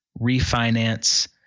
refinance